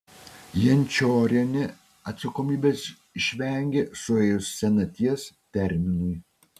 jančiorienė atsakomybės išvengė suėjus senaties terminui